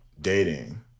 dating